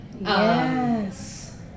Yes